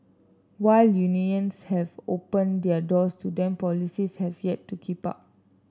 while unions have opened their doors to them policies have yet to keep up